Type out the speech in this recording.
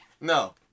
No